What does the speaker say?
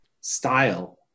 style